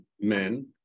men